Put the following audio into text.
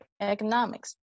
economics